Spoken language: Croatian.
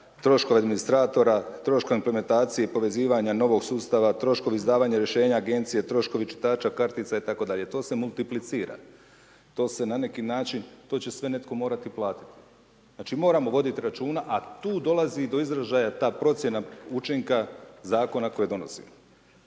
troškovi administratora, troškovi implementacije i povezivanja novog sustava, troškovi izdavanja rješenja agencije, troškovi čitača kartica itd., to se multiplicira. To se na neki način, to će sve netko morati platiti. Znači moramo voditi računa a tu dolazi do izražaja ta procjena učinka zakona koje donosimo.